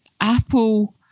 Apple